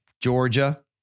Georgia